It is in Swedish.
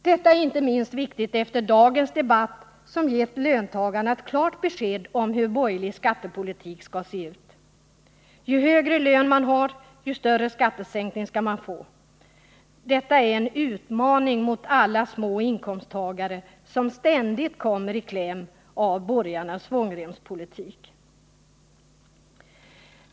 Detta är inte minst viktigt att framhålla efter dagens debatt, som gett löntagarna besked om hur borgerlig skattepolitik skall se ut. Ju högre lön man har, desto större skattesänkning skall man få. Detta är en utmaning mot alla låginkomsttagare, som ständigt kommer i kläm på grund av borgarnas svångremspolitik.